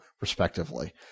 respectively